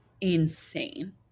insane